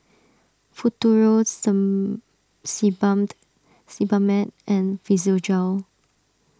Futuro Sebamed and Physiogel